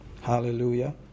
Hallelujah